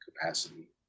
capacity